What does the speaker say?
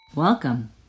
Welcome